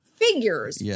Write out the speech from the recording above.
Figures